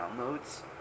downloads